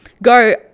go